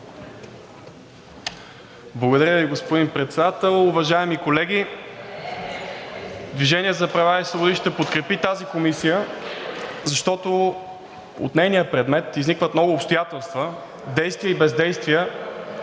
Благодаря Ви, господин Председател. Уважаеми колеги, „Движение за права и свободи“ ще подкрепи тази Комисия, защото от нейния предмет изникват много обстоятелства, действия и бездействия,